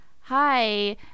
Hi